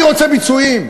אני רוצה ביצועים,